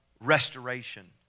restoration